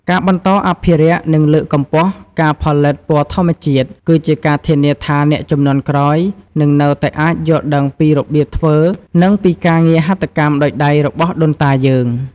ការបន្តអភិរក្ស និងលើកកម្ពស់ការផលិតពណ៌ធម្មជាតិ គឺជាការធានាថាអ្នកជំនាន់ក្រោយនឹងនៅតែអាចយល់ដឹងពីរបៀបធ្វើ និងពីការងារហាត់កម្មដោយដៃរបស់ដូនតាយើង។